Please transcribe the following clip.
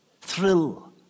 thrill